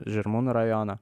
žirmūnų rajoną